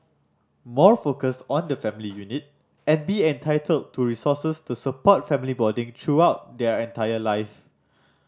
more focus on the family unit and be entitled to resources to support family bonding throughout their entire life